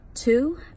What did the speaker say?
Two